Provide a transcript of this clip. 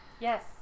Yes